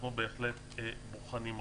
אנחנו בהחלט בוחנים אותו.